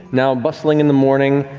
now bustling in the morning,